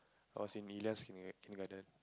I was in kindergarten